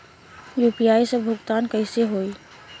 UPI से भुगतान कइसे होहीं?